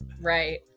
Right